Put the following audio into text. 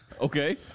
Okay